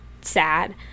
sad